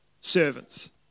servants